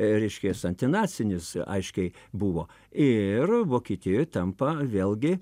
reiškias antinacinis aiškiai buvo ir vokietijoj tampa vėlgi